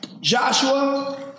Joshua